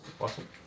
Awesome